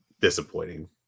disappointing